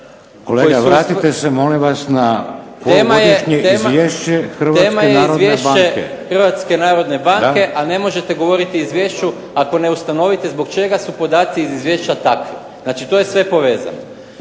Kolega vratite se molim vas na polugodišnje Izvješće Hrvatske narodne banke. **Maras, Gordan (SDP)** Tema je Izvješće Hrvatske narodne banke, a ne možete govoriti o izvješću ako ne ustanovite zbog čega su podaci iz izvješća takvi. Znači, to je sve povezano.